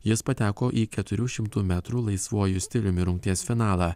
jis pateko į keturių šimtų metrų laisvuoju stiliumi rungties finalą